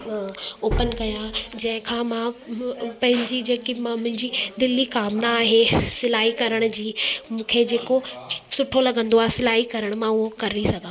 open कयां जंहिं खां मां पंहिंजी जेकी मां मुंहिंजी दिल्ली कामना आहे सिलाई करण जी मूंखे जेको सुठो लॻंदो आहे सिलाई करण मां उहो करे सघां